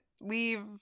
leave